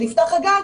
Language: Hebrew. כשנפתח הגן,